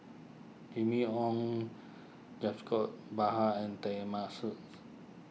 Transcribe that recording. Jimmy Ong and Teng Mah